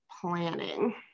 planning